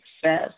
success